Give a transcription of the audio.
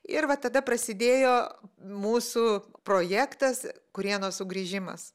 ir va tada prasidėjo mūsų projektas kurėno sugrįžimas